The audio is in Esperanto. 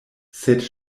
sed